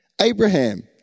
Abraham